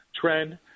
trend